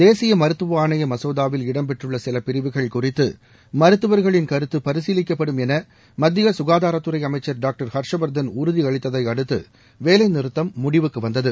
தேசிய மருத்துவ ஆணைய மசோதாவில் இடம்பெற்றுள்ள சில பிரிவுகள் குறித்து மருத்துவர்களின் கருத்து பரிசீலிக்கப்படும் என மத்திய ககாதாரத்துறை அமைச்சர் டாக்டர் ஹர்ஷ்வர்தன் உறுதியளித்ததை அடுத்து வேலைநிறுத்தம் முடிவுக்கு வந்தது